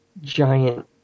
giant